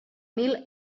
mil